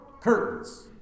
curtains